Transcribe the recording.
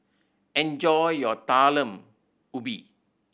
enjoy your Talam Ubi